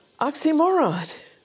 oxymoron